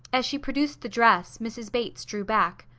as she produced the dress, mrs. bates drew back.